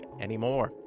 Anymore